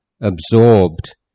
absorbed